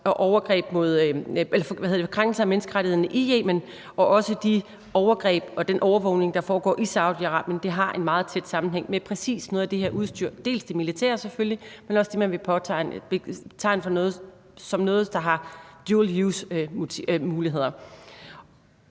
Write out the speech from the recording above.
og krænkelser af menneskerettighederne i Yemen, og de overgreb og den overvågning, der foregår i Saudi-Arabien. Det har en meget tæt sammenhæng med præcis noget af det her udstyr, dels det militære, selvfølgelig, dels det, man ville betegne som noget, der har dual use-muligheder.